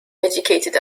educated